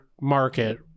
market